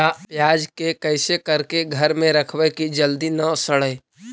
प्याज के कैसे करके घर में रखबै कि जल्दी न सड़ै?